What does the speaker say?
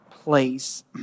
place